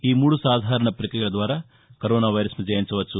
ఈ మూడు సాధారణ పక్రియల ద్వారా కరోనా వైరస్ను జయించవచ్చు